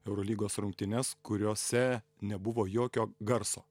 eurolygos rungtynes kuriose nebuvo jokio garso